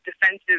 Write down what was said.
defensive